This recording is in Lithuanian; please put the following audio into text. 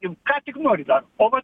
jin ką tik nori daro o vat